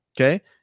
okay